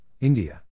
India